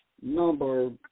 number